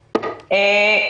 למפלגה.